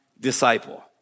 disciple